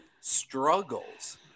struggles